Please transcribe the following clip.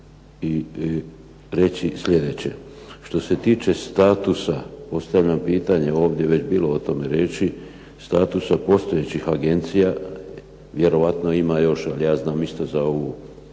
i reći sljedeće. Što se tiče statusa postavljenog pitanje ovdje je bilo o tome riječi, statusa postojećih agencija, vjerojatno ima još, ali ja znam isto za ovu